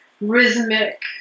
rhythmic